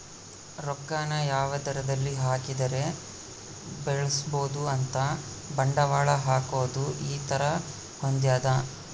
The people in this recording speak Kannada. ರೊಕ್ಕ ನ ಯಾವದರಲ್ಲಿ ಹಾಕಿದರೆ ಬೆಳ್ಸ್ಬೊದು ಅಂತ ಬಂಡವಾಳ ಹಾಕೋದು ಈ ತರ ಹೊಂದ್ಯದ